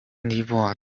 尼泊尔